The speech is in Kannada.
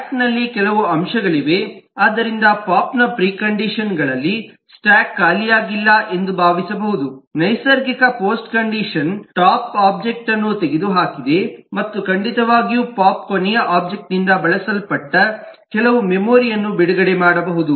ಸ್ಟಾಕ್ ನಲ್ಲಿ ಕೆಲವು ಅಂಶಗಳಿವೆ ಆದ್ದರಿಂದ ಪೋಪ್ ನ ಪ್ರಿಕಂಡಿಷನ್ ಗಳಲ್ಲಿ ಸ್ಟಾಕ್ ಖಾಲಿಯಾಗಿಲ್ಲ ಎಂದು ಭಾವಿಸಬಹುದು ನೈಸರ್ಗಿಕ ಪೋಸ್ಟ್ ಕಂಡಿಷನ್ ಟಾಪ್ ಆಬ್ಜೆಟ್ ಅನ್ನು ತೆಗೆದುಹಾಕಿದೆ ಮತ್ತು ಖಂಡಿತವಾಗಿಯೂ ಪೋಪ್ ಕೊನೆಯ ಒಬ್ಜೆಕ್ಟ್ ನಿಂದ ಬಳಸಲ್ಪಟ್ಟ ಕೆಲವು ಮೆಮೊರಿ ಯನ್ನು ಬಿಡುಗಡೆ ಮಾಡಬಹುದು